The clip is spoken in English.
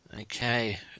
Okay